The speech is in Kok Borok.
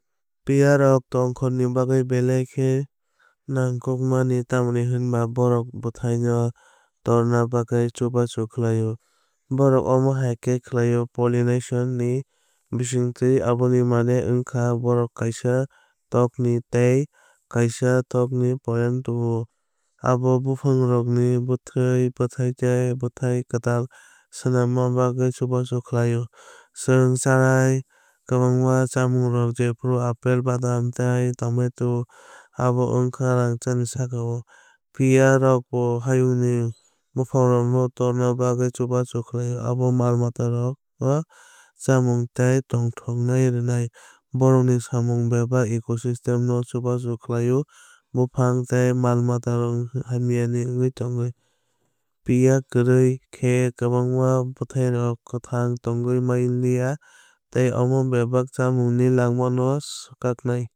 Pia roktongkhor ni bagwi belai khe nangkukmani tamni hwnba bohrok bwthai no torna bagwi chubachu khlaio. Bohrok omohai khe khlaio pollination ni bisingtwi aboni mane wngkha bohrok kaisa tokni tei kaisa tokni pollen tubuo. Obo buphangrokno bwthai bwthai tei bwthai kwtal swnamna bagwi chubachu khlaio. Chwng chanai kwbangma chamungrok jephru apple badam tei tomato abo wngkha rangchakni sakao. Pia rokbo hayungni buphangrokno torna bagwi chubachu khlaio abo mal matarokno chamung tei tongthoknai rwnai. Bórokni samung bebak ecosystem no chubachu khlaio buphang tei mal matarokno hamya wngwi tongwui. Pia kwrwi khe kwbangma bwthairok kwthang tongwi manliya tei omo bebak chamung ni lama no swkaknai.